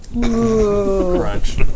Crunch